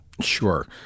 Sure